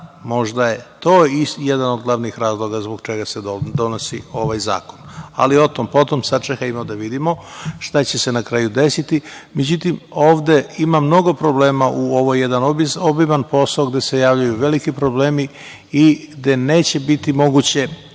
možda je to jedan od glavnih razloga zbog čega se donosi ovaj zakon. Ali, otom potom, sačekajmo da vidimo šta će se na kraju desiti.Međutim, ovde ima mnogo problema. Ima jedan obiman posao gde se javljaju veliki problemi i gde neće biti moguće